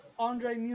Andre